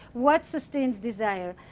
what sustains desire,